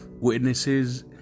Witnesses